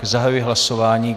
Zahajuji hlasování.